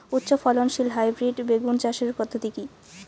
উচ্চ ফলনশীল হাইব্রিড বেগুন চাষের পদ্ধতি কী?